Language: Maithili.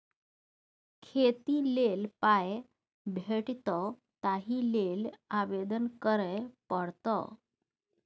खेती लेल पाय भेटितौ ताहि लेल आवेदन करय पड़तौ